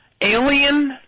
Alien